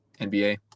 nba